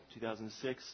2006